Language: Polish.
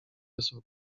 bez